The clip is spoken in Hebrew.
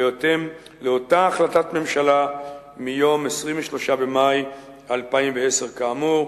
בהתאם לאותה החלטת ממשלה מיום 23 במאי 2010 כאמור,